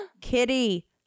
Kitty